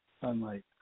sunlight